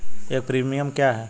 एक प्रीमियम क्या है?